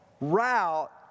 route